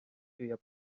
püüab